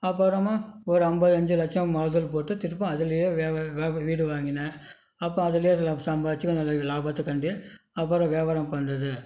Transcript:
அப்புறமா ஒரு அம்பத்தஞ்சு லட்சம் முதலீடு போட்டு திருப்ப அதிலேயே வேறு வேறு வீடு வாங்கினேன் அப்போ அதிலியே நான் சம்பாரித்து கொஞ்சம் லாபத்தைக் கண்டு அப்புறம் வியாபாரம் பண்ணுறது